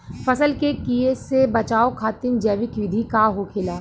फसल के कियेसे बचाव खातिन जैविक विधि का होखेला?